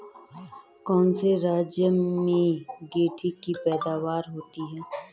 कौन से राज्य में गेंठी की पैदावार होती है?